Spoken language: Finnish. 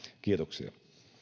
kiitoksia